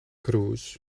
cruise